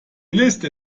liste